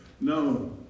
No